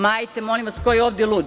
Ma, ajte, molim vas, ko je ovde lud?